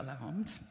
alarmed